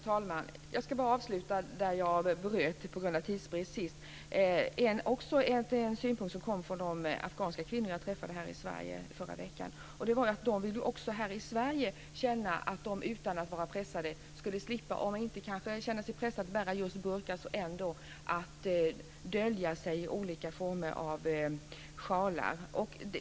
Herr talman! Jag ska fortsätta där jag var tvungen att bryta på grund av tidsbrist. En synpunkt som kom från de afghanska kvinnor som jag träffade här i Sverige i förra veckan var att de också här i Sverige skulle vilja, utan att vara pressade, slippa att bära burka eller dölja sig i olika former av sjalar.